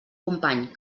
company